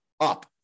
up